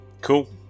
Cool